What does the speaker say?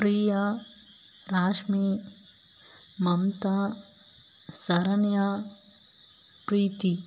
Priya Rashmi Mamta Saranya Preethi